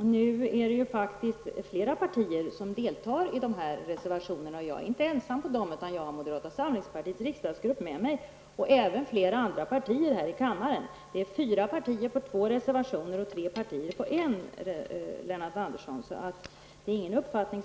Nu är det faktiskt flera partier som ansluter sig till mina motioner. Jag är inte ensam om dem, utan jag har moderata samlingspartiets riksdagsgrupp med mig och även flera andra partier i riksdagen: 4 reservation. Så jag är inte, Lennart Andersson, ensam om min uppfattning.